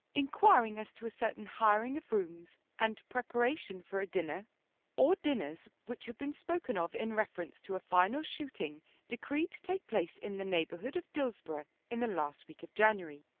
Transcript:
inquiring as to a certain hiring of rooms and preparation for a dinner or dinners which had been spoken of in reference to a final shooting decreed to take place in the neighbourhood of dillsborough in the last week of january.